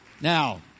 Now